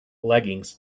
leggings